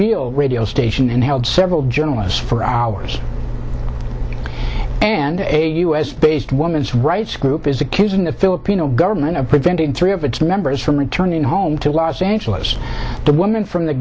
the radio station and held several journalists for hours and a us based women's rights group is accusing the filipino government of preventing three of its members from returning home to los angeles the woman from the